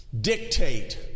dictate